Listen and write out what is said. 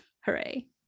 hooray